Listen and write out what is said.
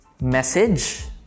message